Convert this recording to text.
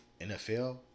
NFL